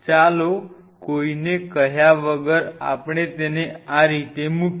ચાલો કોઇને કહ્યા વગર આપણે તેને આ રીતે મૂકીએ